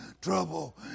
trouble